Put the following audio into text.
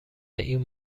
این